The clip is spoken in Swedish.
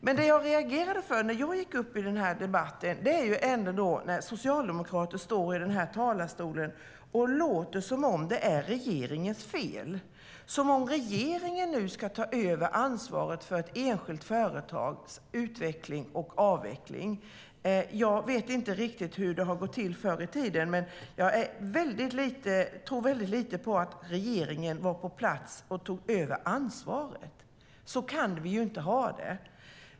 Men vad jag reagerade emot i den här debatten var att socialdemokrater från talarstolen låter som om det är regeringens fel, som om regeringen nu ska ta över ansvaret för ett enskilt företags utveckling och avveckling. Jag vet inte riktigt hur det gick till förr i tiden, men jag tror inte att regeringen var på plats och tog över ansvaret. Så kan vi ju inte ha det.